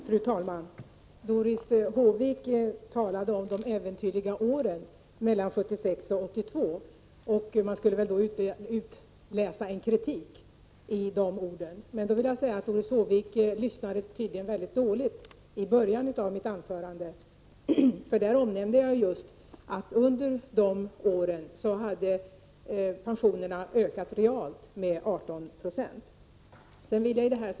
Fru talman! Doris Håvik talade om de äventyrliga åren mellan 1976 och 1982, och det skall väl utläsas en kritik i de orden. Doris Håvik lyssnade tydligen mycket dåligt på början av mitt anförande, där jag just omnämnde att pensionerna under de åren ökade realt med 18 96.